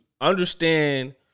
understand